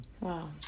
Wow